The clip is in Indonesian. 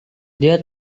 dia